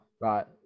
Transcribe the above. Right